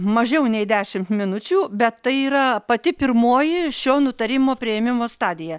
mažiau nei dešimt minučių bet tai yra pati pirmoji šio nutarimo priėmimo stadija